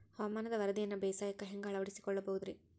ಹವಾಮಾನದ ವರದಿಯನ್ನ ಬೇಸಾಯಕ್ಕ ಹ್ಯಾಂಗ ಅಳವಡಿಸಿಕೊಳ್ಳಬಹುದು ರೇ?